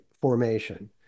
formation